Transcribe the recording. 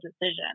decision